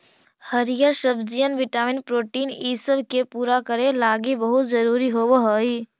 हरीअर सब्जियन vitamin protein ईसब के पूरा करे लागी बहुत जरूरी होब हई